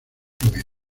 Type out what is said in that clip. primero